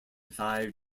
five